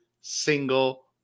single